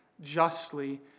justly